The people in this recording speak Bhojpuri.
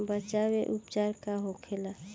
बचाव व उपचार का होखेला?